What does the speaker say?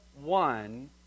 one